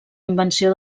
invenció